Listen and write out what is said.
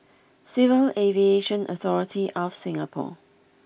Civil Aviation Authority of Singapore